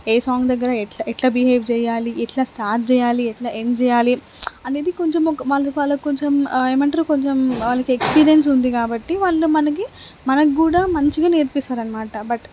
ఏ song దగ్గర ఎలా ఎలా బిహేవ్ చెయ్యాలి ఎట్ల స్టార్ట్ చెయ్యాలి ఎలా ఎండ్ చెయ్యాలి అనేది కొంచెం ఒక వాళ్ళకు కొంచెం ఏమంట్రు కొంచెం వాళ్ళకు ఎక్స్పీరియన్స్ ఉంది కాబట్టి వాళ్ళు మనకి మనకు కూడా మంచిగా నేర్పిస్తారు అనమాట బట్